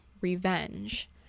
revenge